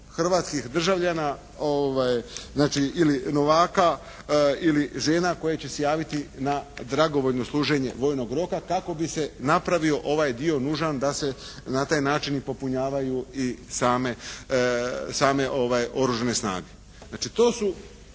hrvatskih državljana znači ili novaka ili žena koje će se javiti na dragovoljno služenje vojnog roka kako bi se napravio ovaj dio nužan da se na taj način i popunjavaju i same Oružane snage. Znači to su